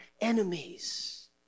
enemies